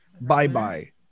Bye-bye